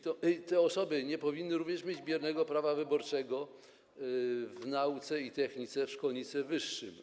Te osoby nie powinny również mieć biernego prawa wyborczego w nauce i technice w szkolnictwie wyższym.